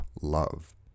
love